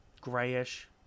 grayish